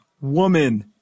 Woman